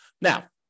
Now